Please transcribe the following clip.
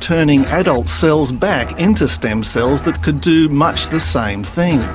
turning adult cells back into stem cells that could do much the same thing.